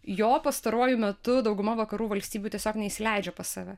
jo pastaruoju metu dauguma vakarų valstybių tiesiog neįsileidžia pas save